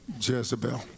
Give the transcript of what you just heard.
Jezebel